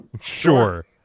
sure